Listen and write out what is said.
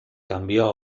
cambió